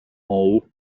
haut